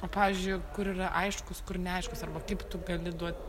o pavyzdžiui kur yra aiškus kur neaiškus arba kaip tu gali duot